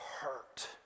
hurt